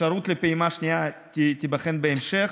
אפשרות לפעימה שנייה תיבחן בהמשך.